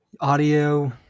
Audio